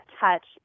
touch